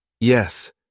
Yes